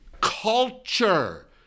Culture